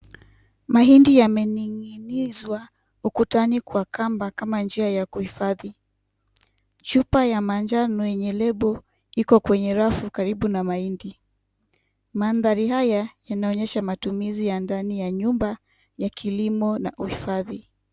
Mahindi yamening'inizwa ukutani kwa kamba kama njia ya kuhifadhi. Chupa ya manjano yenye lebo iko kwenye rafu karibu na mahindi. Mandhari haya yanaonyesha matumizi ya ndani ya nyumba ya kilimo na uhifadhi.